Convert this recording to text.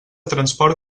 transport